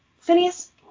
Phineas